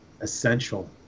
essential